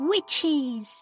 Witches